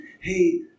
hey